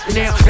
now